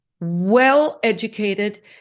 well-educated